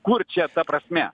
kur čia ta prasmė